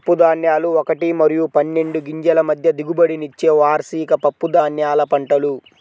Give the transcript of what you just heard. పప్పుధాన్యాలు ఒకటి మరియు పన్నెండు గింజల మధ్య దిగుబడినిచ్చే వార్షిక పప్పుధాన్యాల పంటలు